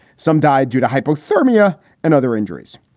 some died due to hypothermia and other injuries.